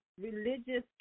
religious